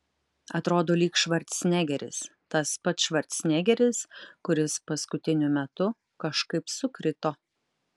atrodo lyg švarcnegeris tas pats švarcnegeris kuris paskutiniu metu kažkaip sukrito